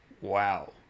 wow